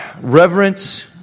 reverence